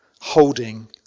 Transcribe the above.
holding